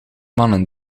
mannen